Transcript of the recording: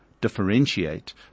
differentiate